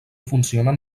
funcionen